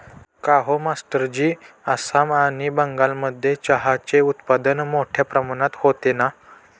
काहो मास्टरजी आसाम आणि बंगालमध्ये चहाचे उत्पादन मोठया प्रमाणात होते ना